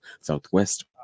southwest